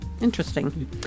interesting